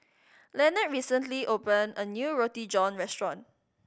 Leonard recently opened a new Roti John restaurant